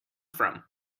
from